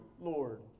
Lord